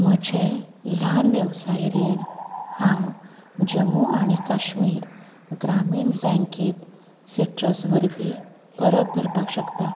म्हजें ल्हान वेवसाय रीण हांव जम्मू आनी काश्मीर ग्रामीण बँकेत सिट्रस वरवीं परत भरपाक शकता